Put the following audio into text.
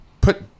put